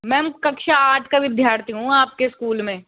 ma'am कक्षा आठ का विद्यार्थी हूँ आपके स्कूल में